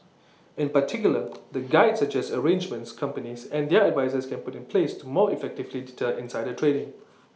in particular the guide suggests arrangements companies and their advisers can put in place to more effectively deter insider trading